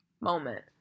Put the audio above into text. Moment